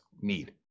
need